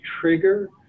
trigger